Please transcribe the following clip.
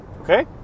Okay